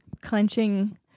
clenching